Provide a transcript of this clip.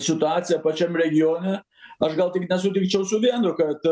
situacija pačiam regione aš gal tik nesutikčiau su vienu kad